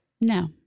No